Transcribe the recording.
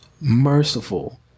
merciful